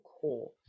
core